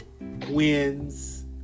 wins